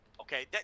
okay